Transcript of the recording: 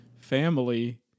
family